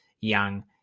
young